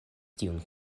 tiun